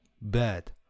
Bad